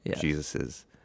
jesus's